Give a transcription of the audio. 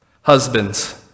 Husbands